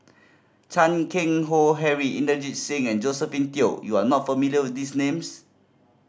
Chan Keng Howe Harry Inderjit Singh and Josephine Teo you are not familiar with these names